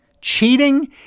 Cheating